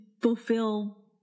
fulfill